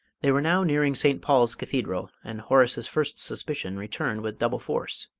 they were now nearing st. paul's cathedral, and horace's first suspicion returned with double force.